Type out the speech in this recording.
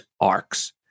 arcs